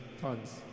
tons